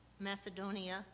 Macedonia